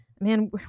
Man